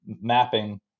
mapping